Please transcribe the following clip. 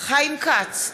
חיים כץ,